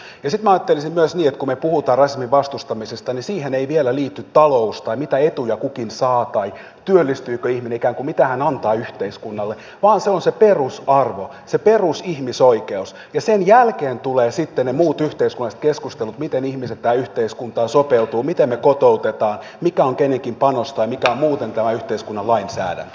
sitten minä ajattelisin myös niin että kun me puhumme rasismin vastustamisesta niin siihen ei vielä liity talous tai se mitä etuja kukin saa tai työllistyykö ihminen ikään kuin se mitä hän antaa yhteiskunnalle vaan se on se perusarvo se perusihmisoikeus ja sen jälkeen tulevat sitten ne muut yhteiskunnalliset keskustelut miten ihmiset tähän yhteiskuntaan sopeutuvat miten me kotoutamme mikä on kenenkin panos tai mikä on muuten tämän yhteiskunnan lainsäädäntö